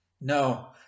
No